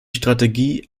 strategie